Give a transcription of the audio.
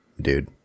dude